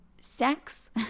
sex